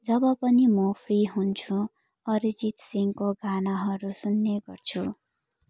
जब पनि म फ्री हुन्छु अरिजित सिंहको गानाहरू सुन्ने गर्छु